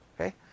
Okay